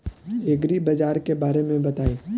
एग्रीबाजार के बारे में बताई?